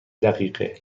دقیقه